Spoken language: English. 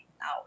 now